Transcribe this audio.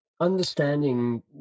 understanding